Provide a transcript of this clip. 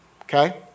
Okay